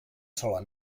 sola